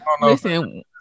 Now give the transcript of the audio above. listen